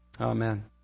Amen